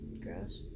Gross